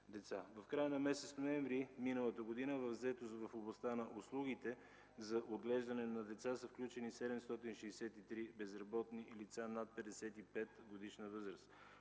В края на месец ноември миналата година в заетост в областта на услугите за отглеждане на деца са включени 763 безработни лица над 55-годишна възраст.